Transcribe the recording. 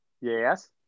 Yes